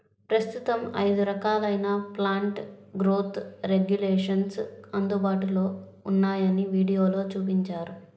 ప్రస్తుతం ఐదు రకాలైన ప్లాంట్ గ్రోత్ రెగ్యులేషన్స్ అందుబాటులో ఉన్నాయని వీడియోలో చూపించారు